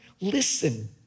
listen